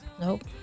Nope